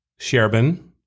Sherbin